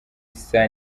isa